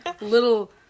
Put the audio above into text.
Little